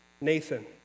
Nathan